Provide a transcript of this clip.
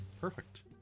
Perfect